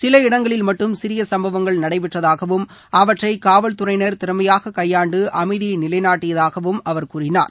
சில இடங்களில் மட்டும் சிறிய சும்பவங்கள் நடைபெற்றதாகவும் அவற்றை காவல்துறையினர் திறமையாக கையாண்டு அமைதியை நிலைநாட்டியதாகவும் அவர் கூறினார்